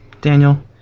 Daniel